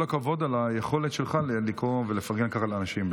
כל הכבוד על היכולת שלך לקרוא ולפרגן ככה לאנשים,